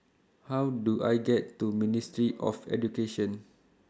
How Do I get to Ministry of Education